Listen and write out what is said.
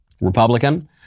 Republican